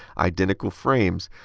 identical frames.